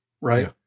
right